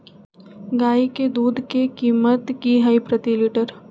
गाय के दूध के कीमत की हई प्रति लिटर?